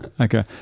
Okay